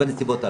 בנסיבות הללו.